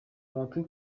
amatwi